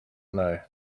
know